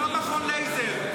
זה לא מכון לייזר.